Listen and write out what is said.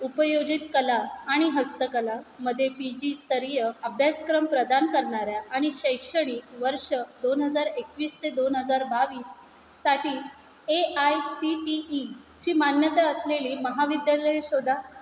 उपयोजित कला आणि हस्तकलामध्ये पी जीस्तरीय अभ्यासक्रम प्रदान करणाऱ्या आणि शैक्षणिक वर्ष दोन हजार एकवीस ते दोन हजार बावीससाठी ए एस आय सी ईची मान्यता असलेली महाविद्यालये शोधा